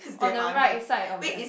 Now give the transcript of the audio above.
on the right side of that